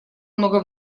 много